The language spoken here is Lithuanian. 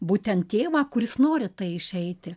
būtent tėvą kuris nori tai išeiti